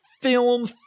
film